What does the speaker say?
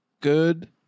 good